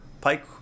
Pike